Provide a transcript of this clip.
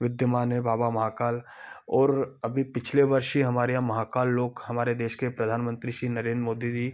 विद्यमान है बाबा महाकाल और अभी पिछले वर्ष ही हमारे यहाँ महाकाल लोक हमारे देश के प्रधानमंत्री श्री नरेंद्र मोदी जी